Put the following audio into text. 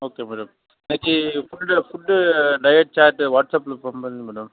okay madam నాకు ఈ food food diet chart వాట్సాప్లో పంపియండి మేడం